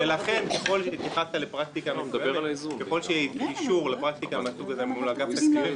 ולכן ככל שיהיה אישור לפרקטיקה מהסוג הזה מול אגף תקציבים,